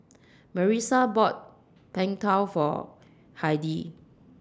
Marisa bought Png Tao For Heidi